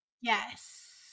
Yes